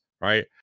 right